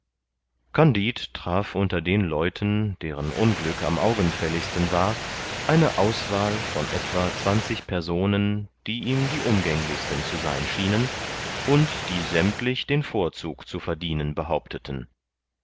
kandid traf unter den leuten deren unglück am augenfälligsten war eine auswahl von etwa zwanzig personen die ihm die umgänglichsten zu sein schienen und sie sämmtlich den vorzug zu verdienen behaupteten